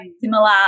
similar